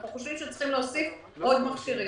אנחנו חושבים שצריך להוסיף עוד מכשירים.